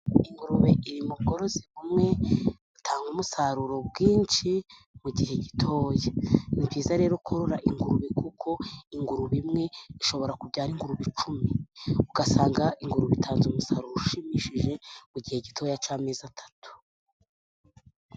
Ingurube iri mu bworozi bumwe, butanga umusaruro mwinshi mu gihe gitoya. Ni byiza rero kororora ingurube, kuko ingurube imwe ishobora kubyara ingurube icumi, ugasanga ingurube itanze umusaruro ushimishije, mu gihe gitoya cy'amezi atatu.